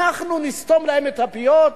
אנחנו נסתום להם את הפיות,